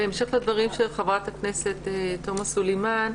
בהמשך לדברים של חה"כ תומא סלימאן,